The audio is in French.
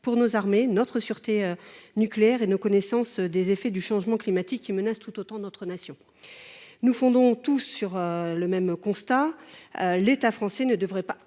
pour nos armées, notre sûreté nucléaire et nos connaissances des effets du changement climatique, qui menacent tout autant notre Nation. Nous faisons tous le même constat : l’État français ne devrait pas